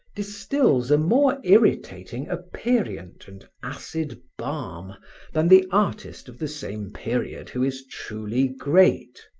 distills a more irritating aperient and acid balm than the artist of the same period who is truly great.